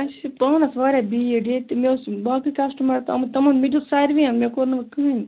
اَسہِ چھُ پانَس واریاہ بھیٖڑ ییٚتہِ مےٚ اوس باقٕے کَسٹٕمَر تہٕ آمٕتۍ تِمَن مےٚ دیُت ساروِیَن مےٚ کوٚر نہٕ کٕہیٖنٛۍ